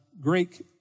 Greek